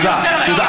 תודה.